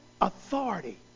Authority